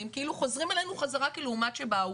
כאילו חוזרים אלינו חזרה כלעומת שבאו,